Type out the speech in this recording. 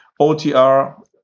OTR